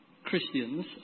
Christians